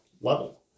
level